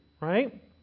right